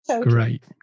Great